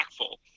impactful